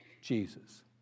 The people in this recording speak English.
Jesus